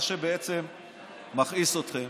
מה שבעצם מכעיס אתכם